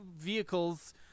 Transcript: vehicles